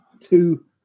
two